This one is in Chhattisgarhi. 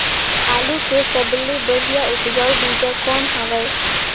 आलू के सबले बढ़िया उपजाऊ बीजा कौन हवय?